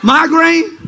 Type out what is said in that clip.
Migraine